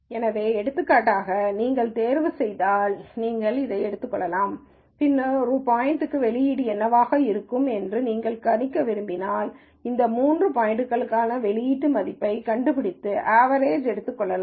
எனவே எடுத்துக்காட்டாக நீங்கள் தேர்வுசெய்தால் நீங்கள் இதை எடுத்துக் கொள்ளலாம் பின்னர் ஒரு புதிய பாயிண்ட்க்கு வெளியீடு என்னவாக இருக்கும் என்று நீங்கள் கணிக்க விரும்பினால் இந்த மூன்று பாயிண்ட்களுக்கான வெளியீட்டு மதிப்பைக் கண்டுபிடித்து அவரேஜ் எடுத்துக் கொள்ளலாம்